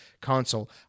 console